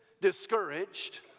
discouraged